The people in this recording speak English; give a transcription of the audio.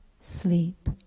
Sleep